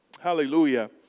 Hallelujah